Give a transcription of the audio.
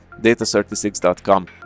data36.com